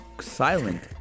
silent